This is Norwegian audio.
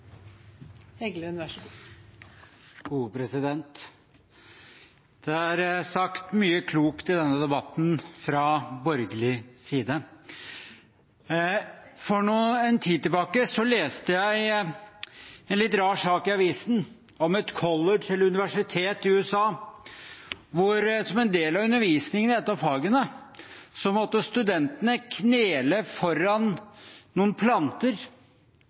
Det er sagt mye klokt i denne debatten fra borgerlig side. For en tid siden leste jeg en litt rar sak i avisen om et college eller universitet i USA, hvor studentene som en del av undervisningen i et av fagene måtte knele foran noen planter